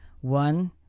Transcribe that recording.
One